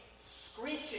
screeching